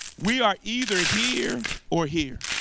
we are either here or here.